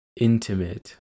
intimate